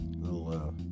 little